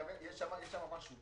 יש שם משהו,